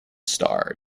star